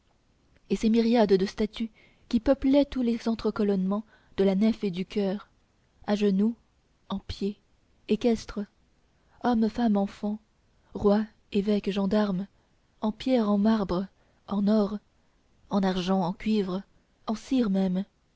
et ces myriades de statues qui peuplaient tous les entre colonnements de la nef et du choeur à genoux en pied équestres hommes femmes enfants rois évêques gendarmes en pierre en marbre en or en argent en cuivre en cire même